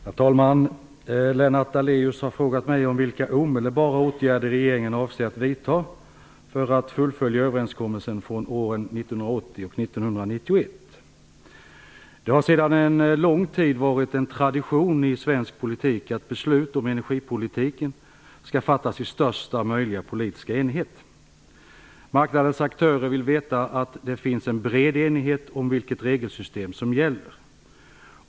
Herr talman! Lennart Daléus har frågat mig vilka omedelbara åtgärder regeringen avser att vidta för att fullfölja överenskommelserna från åren 1980 och Det har sedan lång tid varit en tradition i svensk politik att beslut om energipolitiken skall fattas i största möjliga politiska enighet. Marknadens aktörer vill veta att det finns en bred enighet om vilket regelsystem som gäller.